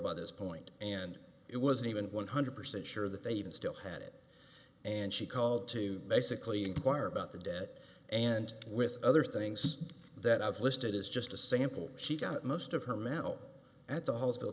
by this point and it wasn't even one hundred percent sure that they even still had it and she called to basically inquire about the debt and with other things that i've listed is just a sample she got most of her mouth at the hospital